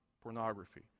pornography